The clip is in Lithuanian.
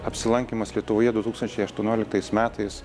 apsilankymas lietuvoje du tūkstančiai aštuonioliktais metais